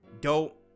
dope